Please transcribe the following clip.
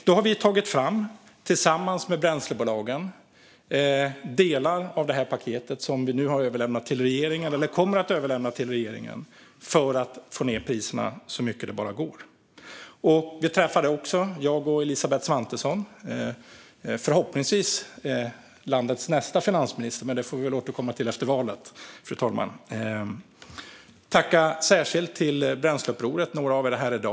Vi har tillsammans med bränslebolagen tagit fram delar av det paket som vi nu kommer att överlämna till regeringen för att få ned priserna så mycket som det bara går. Elisabeth Svantesson blir förhoppningsvis landets nästa finansminister, men det får vi väl återkomma till efter valet, fru talman. Jag vill särskilt tacka Bränsleupproret; några av er är här i dag.